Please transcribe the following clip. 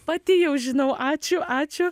pati jau žinau ačiū ačiū